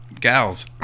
gals